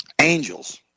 Angels